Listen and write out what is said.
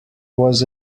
was